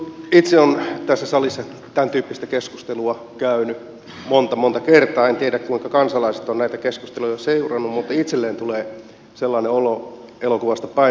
kun itse on tässä salissa tämäntyyppistä keskustelua käynyt monta monta kertaa en tiedä kuinka kansalaiset ovat näitä keskusteluja seuranneet niin itselle tulee sellainen olo kuin elokuvassa päiväni murmelina